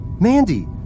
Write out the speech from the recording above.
Mandy